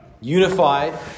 unified